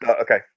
Okay